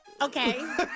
Okay